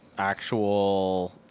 Actual